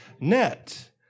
net